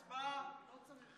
הצבעה.